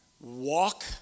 Walk